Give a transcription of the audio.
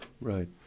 Right